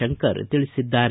ಶಂಕರ್ ತಿಳಿಸಿದ್ದಾರೆ